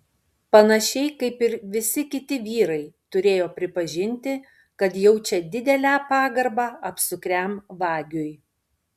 panašiai kaip ir visi kiti vyrai turėjo pripažinti kad jaučia didelę pagarbą apsukriam vagiui